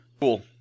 Cool